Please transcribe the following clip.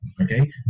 Okay